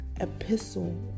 epistle